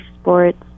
sports